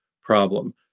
problem